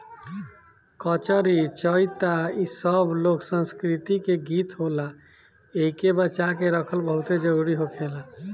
कजरी, चइता इ सब लोक संस्कृति के गीत होला एइके बचा के रखल बहुते जरुरी होखेला